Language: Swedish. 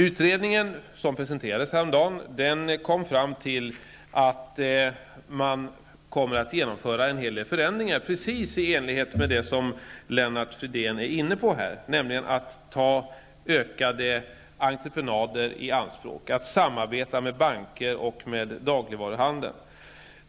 Utredningen, som presenterades häromdagen, kom fram till att man skall genomföra en hel del förändringar, precis i enlighet med det som Lennart Fridén är inne på här, nämligen att i ökad utsträckning ta entreprenader i anspråk, att samarbeta med banker och med dagligvaruhandeln.